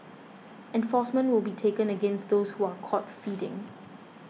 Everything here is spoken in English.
enforcement will be taken against those who are caught feeding